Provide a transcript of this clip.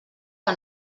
que